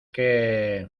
que